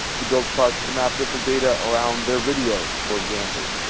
to build charts to map different data around their videos for example,